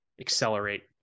accelerate